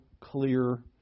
clear